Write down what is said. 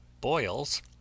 boils